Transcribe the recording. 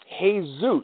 Jesus